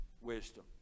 wisdom